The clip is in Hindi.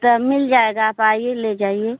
तो मिल जाएगा आप आइए ले जाइए